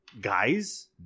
guys